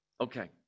Okay